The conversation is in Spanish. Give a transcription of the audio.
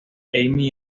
amy